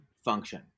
function